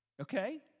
Okay